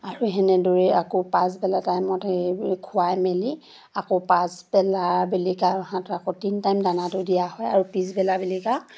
আৰু সেনেদৰেই আকৌ পাছবেলা টাইমত সেই খোৱাই মেলি আকৌ পাছবেলা বেলিকা হাতত আকৌ তিনি টাইম দানাটো দিয়া হয় আৰু পিছবেলা বেলিকা